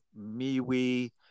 MeWe